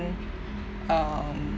um